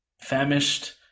Famished